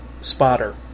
Spotter